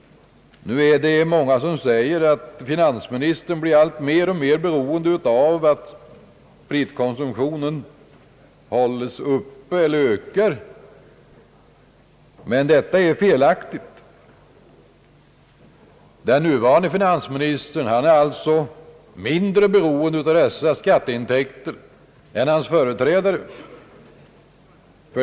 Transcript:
Nu är det många som säger att finansministern blir alltmer beroende av att spritkonsumtionen hålles uppe eller ökar, men detta är felaktigt. Den nuvarande finansministern är alltså mindre beroende av dessa skatteintäkter än hans företrädare.